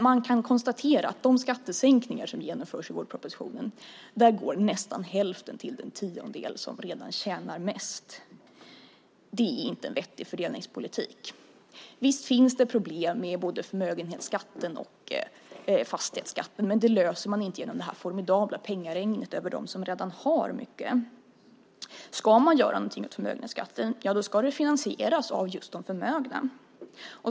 Man kan konstatera att av de skattesänkningar som genomförs med vårpropositionen går nästan hälften till den tiondel som redan tjänar mest. Det är inte en vettig fördelningspolitik. Visst finns det problem med både förmögenhetsskatten och fastighetsskatten. Men dem löser man inte med detta formidabla penningregn över dem som redan har mycket. Ska man göra någonting åt förmögenhetsskatten ska det finansieras av just de förmögna.